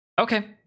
Okay